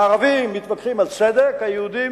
הערבים מתווכחים על צדק, היהודים